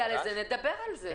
זה נתון שאני אשמח לחזור אתו אליך,